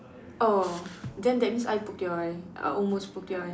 oh then that means I poked your eye I almost poke your eye